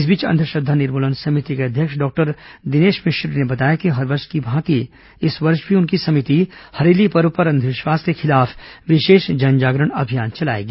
इस बीच अंधश्रद्वा निर्मूलन समिति के अध्यक्ष डॉक्टर दिनेश मिश्र ने बताया कि हर वर्ष की भांति इस वर्ष भी उनकी समिति हरेली पर्व पर अंधविश्वास के खिलाफ विशेष जनजागरण अभियान चलाएगी